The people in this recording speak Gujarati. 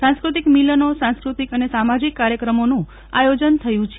સાંસ્ક્રતિક મિલનો સાંસ્કૃતિક અને સામાજિક કાર્યક્રમોનું આયોજન થયું છે